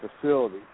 facility